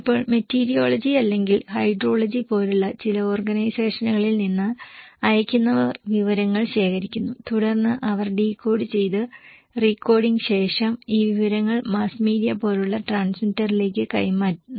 ഇപ്പോൾ മെറ്റീരിയോളജി അല്ലെങ്കിൽ ഹൈഡ്രോളജി പോലുള്ള ചില ഓർഗനൈസേഷനുകളിൽ നിന്ന് അയക്കുന്നവർ വിവരങ്ങൾ ശേഖരിക്കുന്നു തുടർന്ന് അവർ ഡീകോഡ് ചെയ്ത് റീകോഡിംഗിന് ശേഷം ഈ വിവരങ്ങൾ മാസ് മീഡിയ പോലുള്ള ട്രാൻസ്മിറ്ററിലേക്ക് കൈമാറി